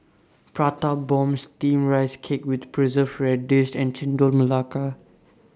Prata Bomb Steamed Rice Cake with Preserved Radish and Chendol Melaka